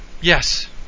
Yes